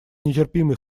нетерпимый